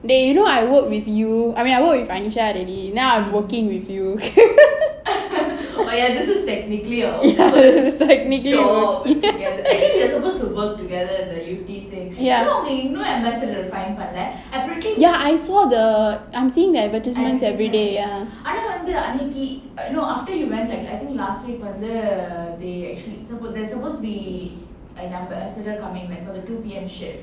dey you know I work with you I mean I work with anisha already now I'm working with you yes it's technically ya ya I saw the I'm seeing the advertisements everyday ya